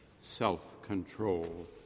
self-control